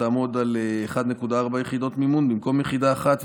תעמוד על 1.4 יחידות מימון במקום יחידה אחת,